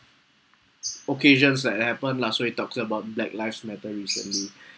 occasion that happened last week talks about black lives matter recently